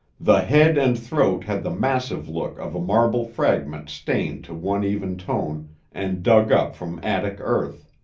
the head and throat had the massive look of a marble fragment stained to one even tone and dug up from attic earth.